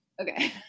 okay